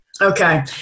Okay